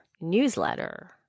newsletter